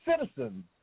citizens